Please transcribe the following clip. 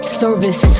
service